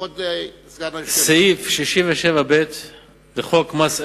כבוד השר ישיב לשאילתא מס'